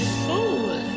fool